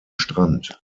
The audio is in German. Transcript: strand